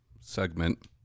segment